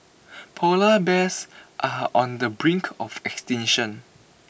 Polar Bears are on the brink of extinction